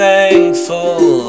Thankful